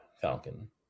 Falcon